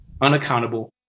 unaccountable